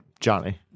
Johnny